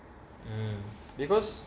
mm because